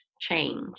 change